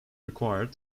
required